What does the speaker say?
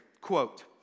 quote